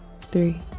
three